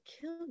kill